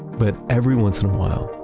but every once in a while,